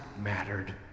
mattered